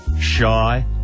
shy